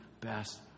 best